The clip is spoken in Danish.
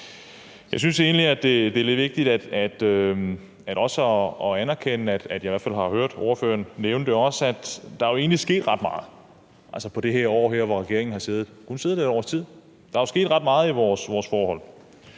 Jeg synes egentlig, det er lidt vigtigt også at anerkende – det har jeg jo hørt ordføreren nævne – at der jo egentlig er sket ret meget i det her år, hvor regeringen har siddet, hvis man ser det over tid. Der er sket ret meget i vores forhold.